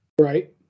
Right